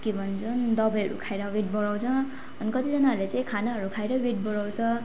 के भन्छन् दबाईहरू खाएर वेट बढाउँछ अनि कतिजनाहरूले चाहिँ खानाहरू खाएरै वेट बढाउँछ